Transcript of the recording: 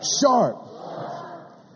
Sharp